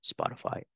Spotify